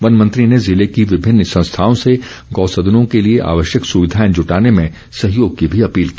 one मंत्री ने जिले की विभिन्न संस्थाओं से गौसदनों के लिए आवश्यक सुविधाएं जुटाने में सहयोग की भी अपील की